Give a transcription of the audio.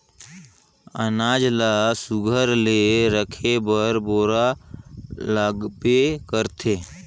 अनाज ल सुग्घर ले राखे बर बोरा लागबे करथे